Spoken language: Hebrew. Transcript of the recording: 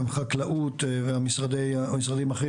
חקלאות והמשרדים האחרים.